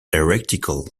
heretical